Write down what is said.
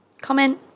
comment